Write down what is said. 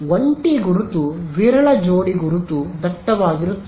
ಒಂಟಿ ಗುರುತು ವಿರಳ ಜೋಡಿ ಗುರುತು ದಟ್ಟವಾಗಿರುತ್ತದೆ